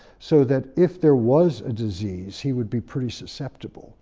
so that if there was a disease, he would be pretty susceptible.